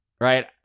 Right